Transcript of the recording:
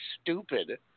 stupid